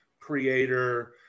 creator